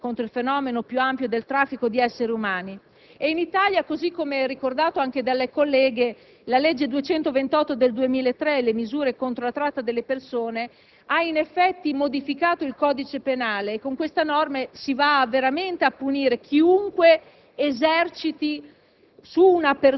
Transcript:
rilevanti sono stati gli interventi normativi contro il fenomeno più ampio del traffico di esseri umani, e in Italia, così come ricordato dalle colleghe, la legge n. 228 del 2003, con le misure contro la tratta delle persone, ha in effetti modificato il codice penale. Con queste norme si punisce chiunque